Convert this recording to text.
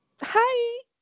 hi